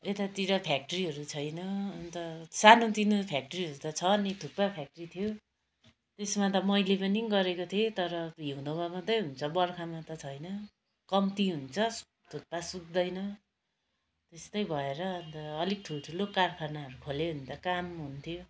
यतातिर फ्याक्ट्रीहरू छैन अन्त सानो तिनो फ्याक्ट्रीहरू त छ नि थुक्पा फ्याक्ट्री थियो त्यसमा त मैले पनि गरेको थिएँ तर हिउँदोमा मात्रै हुन्छ बर्खामा त छैन कम्ती हुन्छ थुक्पा सुक्दैन त्यस्तै भएर अन्त अलिक ठुल्ठुलो कारखानाहरू खोल्यो भने त काम हुन्थ्यो